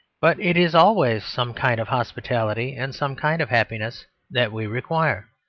but it is always some kind of hospitality and some kind of happiness that we require.